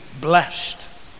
blessed